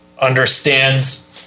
understands